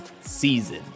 season